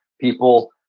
people